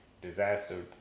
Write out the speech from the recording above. Disaster